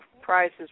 prices